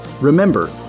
Remember